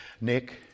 Nick